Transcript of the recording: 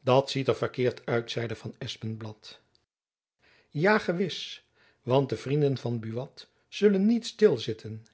dat ziet er verkeerd uit zeide van espenblad ja gewis want de vrienden van buat zullen niet stil zitten